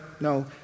no